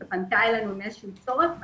זה נושא שהוא